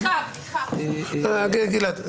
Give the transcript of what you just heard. יושבים סביב השולחן הזה אנשים שהם שלא חברי כנסת.